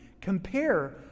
compare